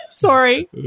Sorry